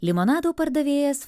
limonadų pardavėjas